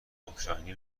اوکراینی